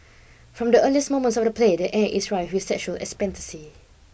from the earliest moments of the play the air is rife with sexual expectancy